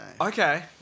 Okay